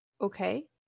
Okay